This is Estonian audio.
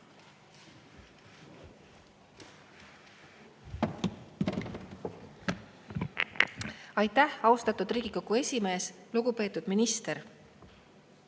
Aitäh, austatud Riigikogu esimees! Lugupeetud minister!